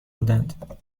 بودند